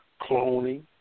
cloning